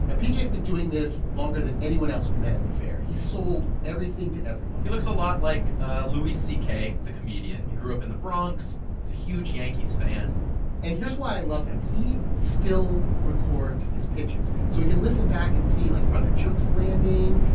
ah p j. has been doing this longer than anyone else we met at the fair. he's sold everything to everyone he looks a lot like ah louis c k, the comedian. he grew up in the bronx. he's a huge yankees fan and here's why i love him. he still records his pitches, so he can listen back and see, like, are the jokes landing?